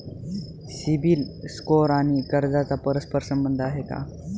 CIBIL score आणि कर्जाचा परस्पर संबंध आहे का?